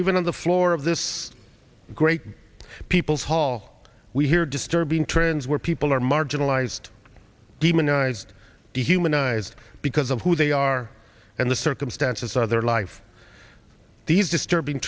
even on the floor of this great people's hall we hear disturbing trends where people are marginalized demonized dehumanized because of who they are and the circumstances of their life these disturbing